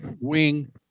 wing